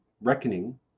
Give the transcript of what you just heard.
reckoning